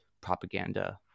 propaganda